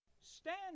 Stand